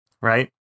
right